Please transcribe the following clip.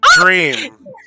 Dream